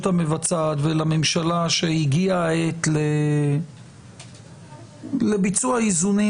המבצעת ולממשלה שהגיעה העת לביצוע איזונים